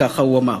כך הוא אמר.